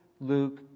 Luke